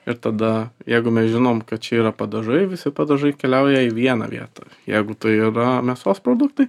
ir tada jeigu mes žinom kad čia yra padažai visi padažai keliauja į vieną vietą jeigu tai yra mėsos produktai